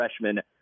freshman